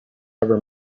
ever